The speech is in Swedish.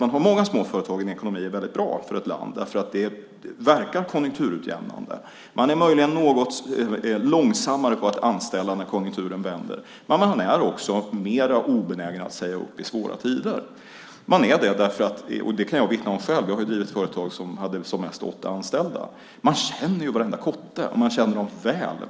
man har många små företag i en ekonomi är väldigt bra för ett land. Det verkar konjunkturutjämnande. De är möjligen något långsammare på att anställa när konjunkturen vänder, men de är också mer obenägna att säga upp i svåra tider. Det kan jag vittna om själv. Jag har drivit ett företag som hade som mest åtta anställda. Man känner ju varenda kotte, och man känner dem väl.